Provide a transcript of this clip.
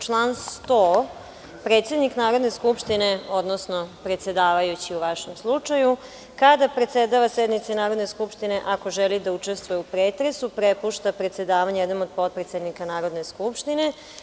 Član 100. – predsednik Narodne skupštine, odnosno predsedavajući u vašem slučaju kada predsedava sednici Narodne skupštine ako želi da učestvuje u pretresu prepušta predsedavanje jednom od potpredsednika Narodne skupštine.